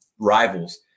Rivals